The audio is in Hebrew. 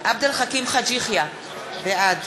עבד אל חכים חאג' יחיא, בעד